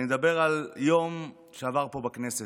אני אדבר על יום שעבר פה בכנסת,